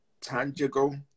tangible